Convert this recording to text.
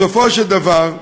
בסופו של דבר,